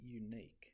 unique